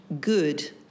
good